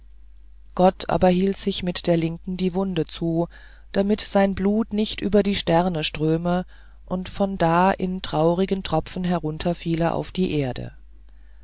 gott aber hielt sich mit der linken die wunde zu damit sein blut nicht über die sterne ströme und von da in traurigen tropfen herunterfiele auf die erde